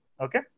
okay